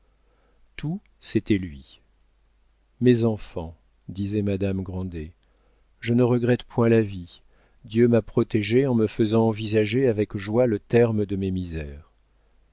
c'était lui mes enfants disait madame grandet je ne regrette point la vie dieu m'a protégée en me faisant envisager avec joie le terme de mes misères